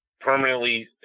permanently